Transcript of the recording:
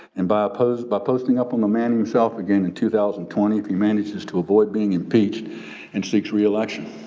and by ah posting by posting up on the man himself again in two thousand and twenty if he manages to avoid being impeached and seeks re-election.